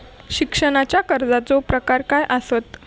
शिक्षणाच्या कर्जाचो प्रकार काय आसत?